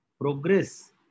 progress